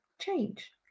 change